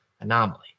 anomaly